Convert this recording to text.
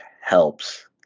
helps